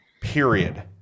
Period